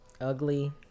ugly